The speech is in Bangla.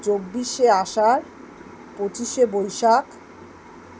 চব্বিশে আষাঢ় পঁচিশে বৈশাখ